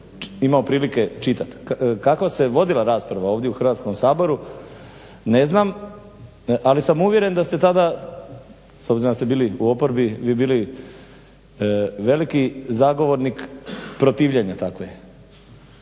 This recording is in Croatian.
imao prilike čitati. Kakva se vodila rasprava ovdje u Hrvatskom saboru ne znam, ali sam uvjeren da ste tada s obzirom da ste bili u oporbi vi bili veliki zagovornik protivljenja takve